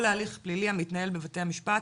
או להליך פלילי המנהל בבתי המשפט,